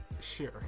sure